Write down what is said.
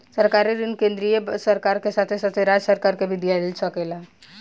सरकारी ऋण केंद्रीय सरकार के साथे साथे राज्य सरकार के भी दिया सकेला